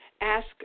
Ask